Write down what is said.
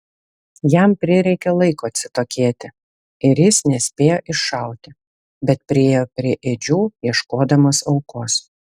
jam prireikė laiko atsitokėti ir jis nespėjo iššauti bet priėjo prie ėdžių ieškodamas aukos